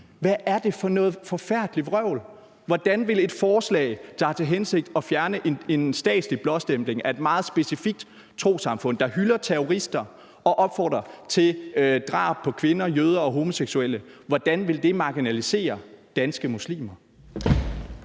Hvad er det for noget forfærdeligt vrøvl? Hvordan vil et forslag, der har til hensigt at fjerne en statslig blåstempling af et meget specifikt trossamfund, der hylder terrorister og opfordrer til drab på kvinder, jøder og homoseksuelle, marginalisere danske muslimer?